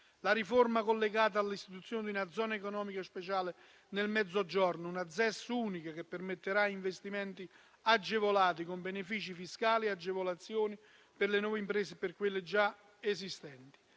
la riforma collegata all'istituzione di una zona economica speciale nel Mezzogiorno, una ZES unica, che permetterà investimenti agevolati con benefici fiscali e agevolazioni per le nuove imprese e per quelle già esistenti.